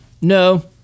no